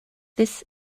this